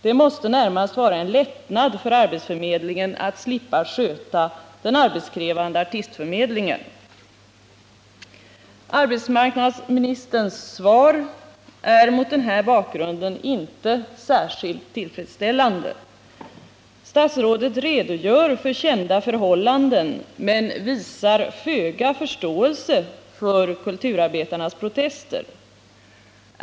Det måste närmast vara en lättnad för arbetsförmedlingen att slippa sköta den arbetskrävande artistförmedlingen. Arbetsmarknadsministerns svar är mot den här bakgrunden inte särskilt tillfredsställande. Statsrådet redogör för kända förhållanden men visar föga förståelse för kulturarbetarnas protester.